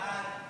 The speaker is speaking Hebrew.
ההצעה להעביר